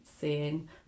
seeing